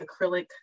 acrylic